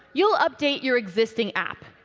you'll update your existing app.